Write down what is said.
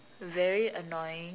very annoying